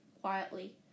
quietly